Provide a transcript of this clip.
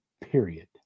Period